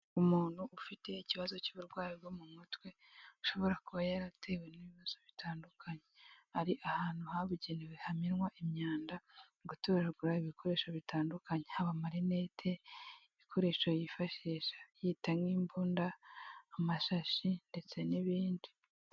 Umuntu ufite ikibazo cy'uburwayi bwo mu mutwe, ashobora kuba yaratewe n'ibibazo bitandukanye, ari ahantu habugenewe hamenwa imyanda mu gutoragura ibikoresho bitandukanye haba amarinete, ibikoresho yifashisha yita nk'imbunda, amashashi, ndetse n'ibindi.